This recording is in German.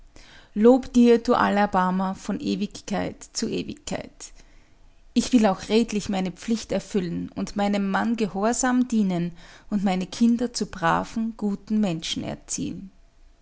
lob dir du allerbarmer von ewigkeit zu ewigkeit ich will auch redlich meine pflicht erfüllen und meinem mann gehorsam dienen und meine kinder zu braven guten menschen erziehen